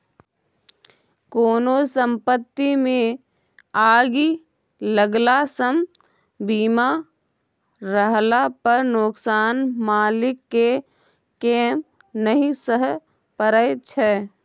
कोनो संपत्तिमे आगि लगलासँ बीमा रहला पर नोकसान मालिककेँ नहि सहय परय छै